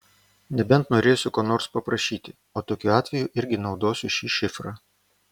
nebent norėsiu ko nors paprašyti o tokiu atveju irgi naudosiu šį šifrą